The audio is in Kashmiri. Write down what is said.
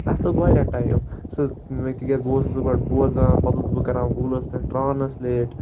اَسہِ لوٚگ واریاہ ٹایم سُہ مےٚ تِکیٛازِ بہٕ اوسُس گۄڈٕ بوزان پَتہٕ اوسُس بہٕ کَران گوٗگلَس پٮ۪ٹھ ٹرٛانَسلیٹ